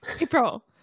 April